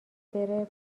بره